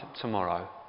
tomorrow